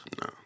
No